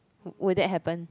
wou~ would that happen